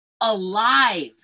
alive